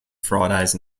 fridays